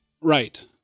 Right